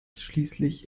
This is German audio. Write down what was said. schließlich